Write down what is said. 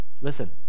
Listen